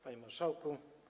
Panie Marszałku!